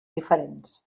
diferents